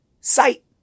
Sight